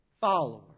follower